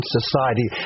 Society